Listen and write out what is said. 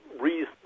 reason